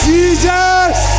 Jesus